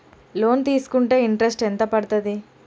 Loan తీస్కుంటే interest ఎంత పడ్తది?